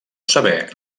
saber